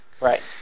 Right